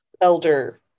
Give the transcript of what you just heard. elder